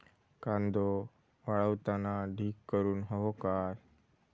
कांदो वाळवताना ढीग करून हवो काय?